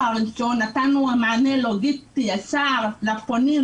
הראשון נתן מענה לוגיסטי ישר לפונים.